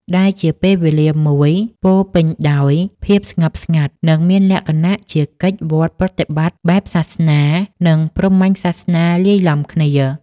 ដែលជាពេលវេលាមួយពោរពេញដោយភាពស្ងប់ស្ងាត់ និងមានលក្ខណៈជាកិច្ចវត្តប្រតិបត្តិបែបសាសនា និងព្រហ្មញ្ញសាសនាលាយឡំគ្នា។